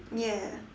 ya